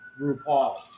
RuPaul